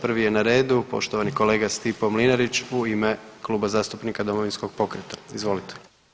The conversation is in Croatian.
Prvi je na redu poštovani kolega Stipo Mlinarić, u ime Kluba zastupnika Domovinskog pokreta, izvolite.